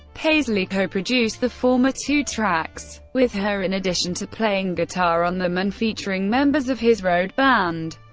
paisley co-produced the former two tracks with her, in addition to playing guitar on them and featuring members of his road band,